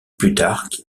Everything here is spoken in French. plutarque